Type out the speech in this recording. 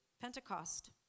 Pentecost